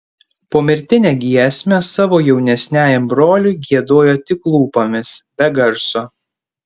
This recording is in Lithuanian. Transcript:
pomirtinę giesmę savo jaunesniajam broliui giedojo tik lūpomis be garso